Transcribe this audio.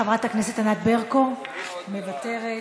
חברת הכנסת ענת ברקו, מוותרת.